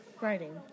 writing